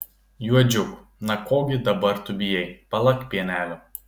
juodžiuk na ko gi dabar tu bijai palak pienelio